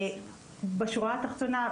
בשורה התחתונה,